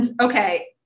okay